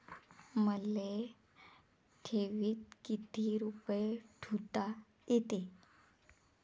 मले ठेवीत किती रुपये ठुता येते?